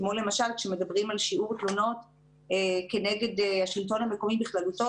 כאשר מדברים על שיעור תלונות כנגד השלטון המקומי בכללותו,